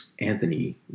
Anthony